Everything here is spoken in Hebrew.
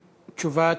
תשובת,